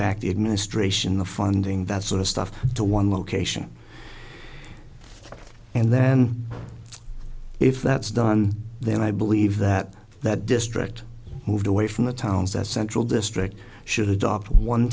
back the administration the funding that sort of stuff to one location and then if that's done then i believe that that district moved away from the towns that central district should adopt one